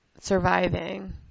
surviving